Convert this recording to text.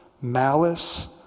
malice